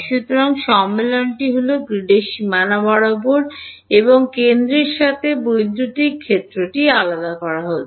সুতরাং সম্মেলনটি হল গ্রিডের সীমানা বরাবর এবং কেন্দ্রের সাথে বৈদ্যুতিক ক্ষেত্রটি আলাদা করা হচ্ছে